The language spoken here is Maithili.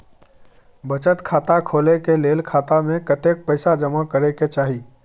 बचत खाता खोले के लेल खाता में कतेक पैसा जमा करे के चाही?